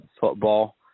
football